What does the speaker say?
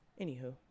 Anywho